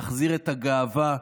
נחזיר את הגאווה,